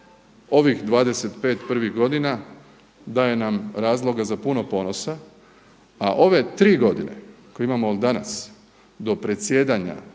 Ovih 25 prvih godina daje nam razloga za puno ponosa, a ove tri godine koje imamo danas do predsjedanja